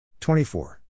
24